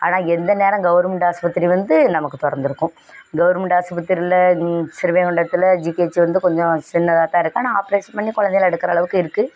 ஆனால் எந்த நேரம் கவர்மெண்ட் ஆஸ்பத்திரி வந்து நமக்கு திறந்துருக்கும் கவர்மெண்ட் ஆஸ்பத்திரியில் சிறுவைகுண்டத்தில் ஜிஹச் வந்து கொஞ்சம் சின்னதாக தான் இருக்கும் ஆனால் ஆப்ரேஷன் பண்ணி கொழந்தைகள எடுக்கிற அளவுக்கு இருக்குது